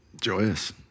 Joyous